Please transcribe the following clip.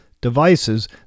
devices